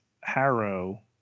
harrow